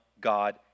God